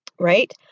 right